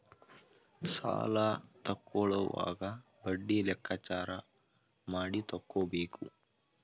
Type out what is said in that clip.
ಸಾಲ ತಕ್ಕೊಳ್ಳೋವಾಗ ಬಡ್ಡಿ ಲೆಕ್ಕಾಚಾರ ಮಾಡಿ ತಕ್ಕೊಬೇಕು